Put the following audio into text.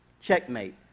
Checkmate